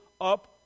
up